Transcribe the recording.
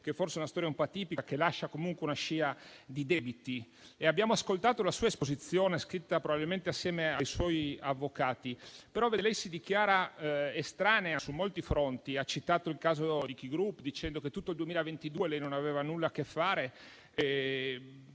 che forse è una storia un po' atipica, che lascia comunque una scia di debiti. Abbiamo ascoltato la sua esposizione, scritta probabilmente assieme ai suoi avvocati, però, vede, lei si dichiara estranea su molti fronti: ha citato il caso di Ki Group, dicendo che per tutto il 2022 lei non ci aveva nulla a che fare;